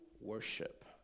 worship